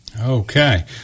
Okay